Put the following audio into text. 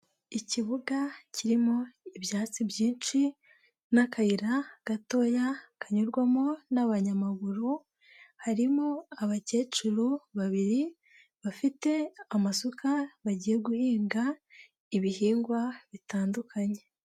Ikibuga kirimo ibyatsi byinshi n'akayira gatoya kanyurwamo n'abanyamaguru, harimo abakecuru babiri bafite amasuka bagiye guhinga ibihingwa bitandukanye.